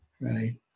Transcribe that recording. right